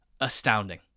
astounding